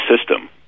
system